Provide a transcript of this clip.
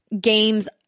games